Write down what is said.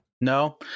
no